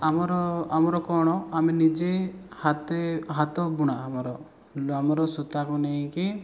ଆମର ଆମର କ'ଣ ଆମେ ନିଜେ ହାତେ ହାତବୁଣା ଆମର କିନ୍ତୁ ଆମର ସୂତାକୁ ନେଇକି